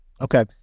Okay